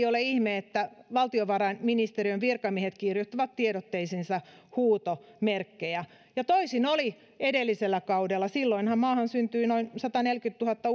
ole ihme että valtiovarainministeriön virkamiehet kirjoittavat tiedotteisiinsa huutomerkkejä toisin oli edellisellä kaudella silloinhan maahan syntyi noin sataneljäkymmentätuhatta